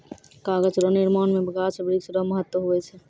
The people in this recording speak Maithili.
कागज रो निर्माण मे गाछ वृक्ष रो महत्ब हुवै छै